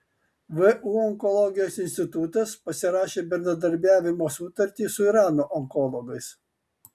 vu onkologijos institutas pasirašė bendradarbiavimo sutartį su irano onkologais